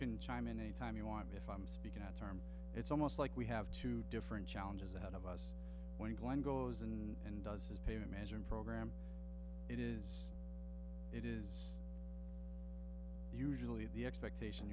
can chime in any time you want if i'm speaking at term it's almost like we have two different challenges ahead of us when glenn goes and does his paper measure and program it is it is usually the expectation